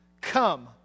come